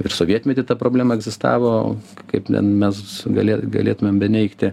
ir sovietmety ta problema egzistavo kaip ten mes galė galėtumėm beneigti